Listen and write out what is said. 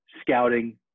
scouting